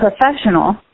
professional